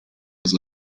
was